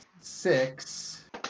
Six